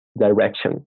direction